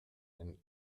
and